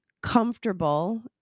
comfortable